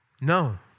No